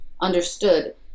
understood